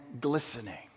glistening